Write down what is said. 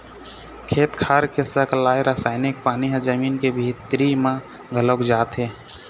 खेत खार के सकलाय रसायनिक पानी ह जमीन के भीतरी म घलोक जाथे